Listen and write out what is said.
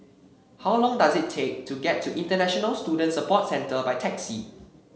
how long does it take to get to International Student Support Centre by taxi